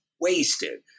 wasted